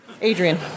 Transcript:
Adrian